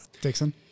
Dixon